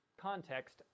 Context